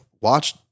watch